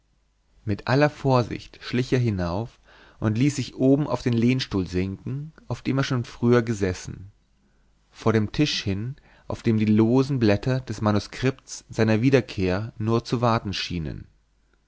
mit aller vorsicht schlich er hinauf und ließ sich oben auf den lehnstuhl sinken auf dem er schon früher gesessen vor den tisch hin auf dem die losen blätter des manuskriptes seiner wiederkehr nur zu warten schienen